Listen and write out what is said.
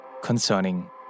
concerning